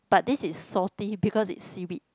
but this is salty because it's seaweed